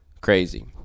Crazy